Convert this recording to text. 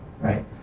right